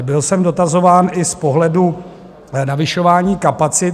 Byl jsem dotazován i z pohledu navyšování kapacit.